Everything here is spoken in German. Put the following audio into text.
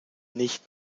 nicht